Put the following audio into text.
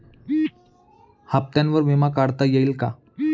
हप्त्यांवर विमा काढता येईल का?